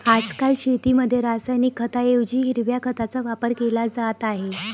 आजकाल शेतीमध्ये रासायनिक खतांऐवजी हिरव्या खताचा वापर केला जात आहे